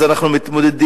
אז אנחנו מתמודדים,